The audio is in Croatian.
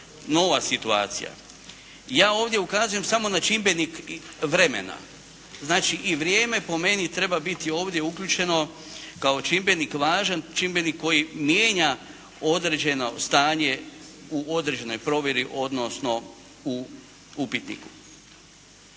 nova situacija. Ja ovdje ukazujem samo na čimbenik vremena. Znači, i vrijeme po meni treba biti ovdje uključeno kao čimbenik, važan čimbenik koji mijenja određeno stanje u određenoj provjeri, odnosno u upitniku.